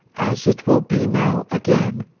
as it will be now again